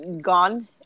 gone